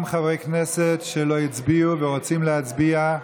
שלא הצביעו ורוצים להצביע?